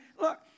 look